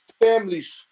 families